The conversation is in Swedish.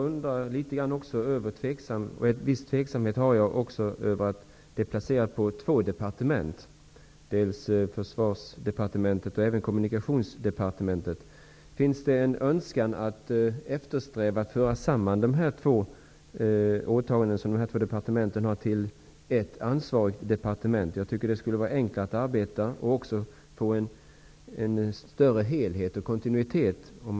Herr talman! Jag är litet tveksam till att den här frågan är uppdelad på två departement, dels Kommunikationsdepartementet. Finns det någon önskan och strävan att i det här fallet föra samman dessa båda departements åtaganden till ett ansvarigt departement? Jag tycker att det då skulle bli enklare att arbeta och att få en större helhet och kontinuitet.